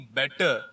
better